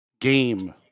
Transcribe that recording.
game